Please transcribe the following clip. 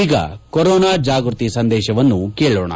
ಈಗ ಕೊರೋನಾ ಜಾಗೃತಿ ಸಂದೇಶವನ್ನು ಕೇಳೋಣ